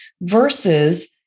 versus